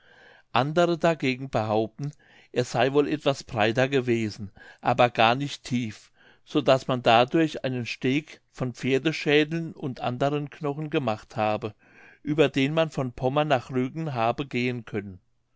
andere dagegen behaupten er sey wohl etwas breiter gewesen aber gar nicht tief so daß man dadurch einen steg von pferdeschädeln und anderen knochen gemacht habe über den man von pommern nach rügen habe gehen können